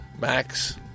Max